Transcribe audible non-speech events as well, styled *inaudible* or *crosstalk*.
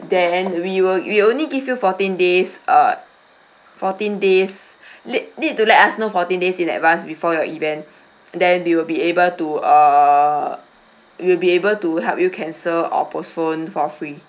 then we will we only give you fourteen days uh fourteen days *breath* need need to let us know fourteen days in advance before your event then we will be able to err we'll be able to help you cancel or postpone for free